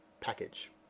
package